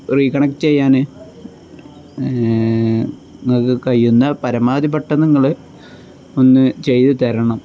reconnect ചെയ്യാൻ നിങ്ങൾക്ക് കഴിയുന്ന പരമാവധി പെട്ടെന്ന് നിങ്ങൾ ഒന്നു ചെയ്തു തരണം